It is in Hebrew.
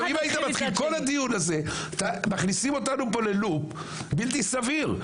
מכניסים אותנו פה בדיון הזה ללופ בלתי סביר.